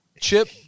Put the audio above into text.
Chip